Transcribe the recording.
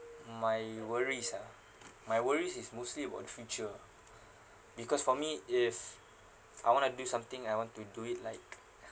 my worries ah my worries is mostly about future because for me if I want to do something I want to do it like